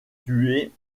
tués